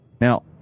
Now